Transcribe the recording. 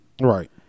Right